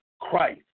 Christ